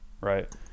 Right